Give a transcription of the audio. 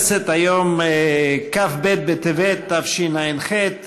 היום על שולחן הכנסת